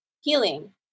healing